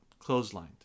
clotheslined